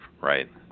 Right